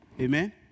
Amen